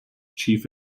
chief